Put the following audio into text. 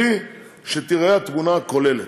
בלי שתיראה התמונה הכוללת.